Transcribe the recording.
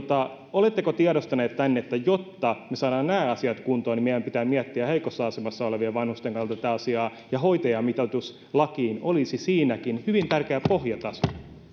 oletteko tiedostaneet tämän että jotta me saamme nämä asiat kuntoon niin meidän pitää miettiä heikossa asemassa olevien vanhusten kannalta tätä asiaa ja hoitajamitoitus lakiin olisi siinäkin hyvin tärkeä pohjataso